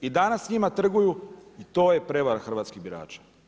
I danas s njima trguju, to je prijevara hrvatskih birača.